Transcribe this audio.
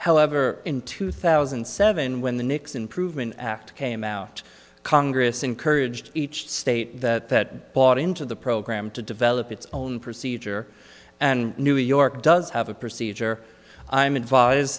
however in two thousand and seven when the nics improvement act came out congress encouraged each state that bought into the program to develop its own procedure and new york does have a procedure i'm advise